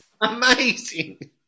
Amazing